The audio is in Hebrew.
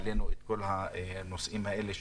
זמן לטובת המערכת והתלמיד ולסנכרן בין השניים.